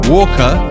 Walker